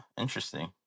interesting